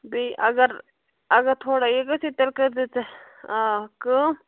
بیٚیہِ اَگر اَگر تھوڑا یہِ گٔژھی تیٚلہِ کٔرۍزِ ژٕ آ کٲم